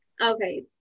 Okay